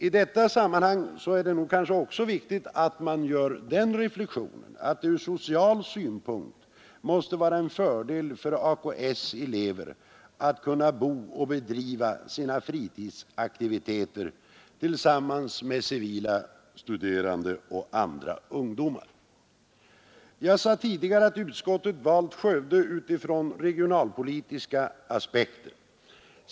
I detta sammanhang är det också viktigt att göra den reflexionen, att det från sociala synpunkter måste vara en fördel för AKS:s elever att kunna bo och bedriva sina fritidsaktiviteter tillsammans med civila studerande och andra ungdomar. Jag sade tidigare att utskottet valt Skövde utifrån regionalpolitiska aspekter.